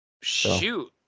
Shoot